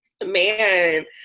Man